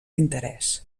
interès